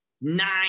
nine